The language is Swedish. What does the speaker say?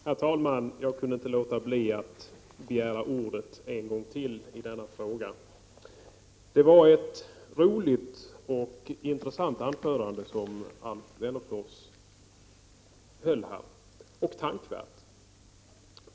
Herr talman! Jag kunde inte låta bli att begära ordet en gång till i denna fråga. Det var ett roligt och intressant anförande som Alf Wennerfors höll här, och tänkvärt.